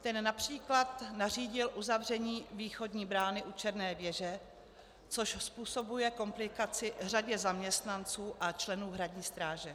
Ten například nařídil uzavření východní brány u Černé věže, což způsobuje komplikaci řadě zaměstnanců a členů Hradní stráže.